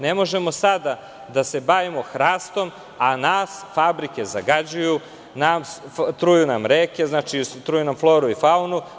Ne možemo sada da se bavimo hrastom, a nas fabrike zagađuju, truju nam reke, truju nam floru i faunu.